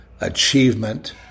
achievement